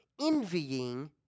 envying